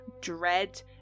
dread